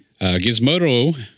Gizmodo